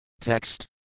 Text